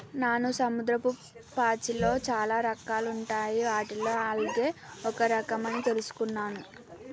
నాను సముద్రపు పాచిలో చాలా రకాలుంటాయి వాటిలో ఆల్గే ఒక రఖం అని తెలుసుకున్నాను